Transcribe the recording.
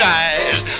eyes